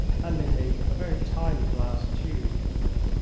handing me a very tiny glass tube.